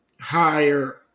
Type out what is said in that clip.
higher